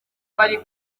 bari